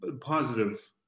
positive